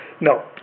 no